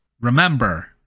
Remember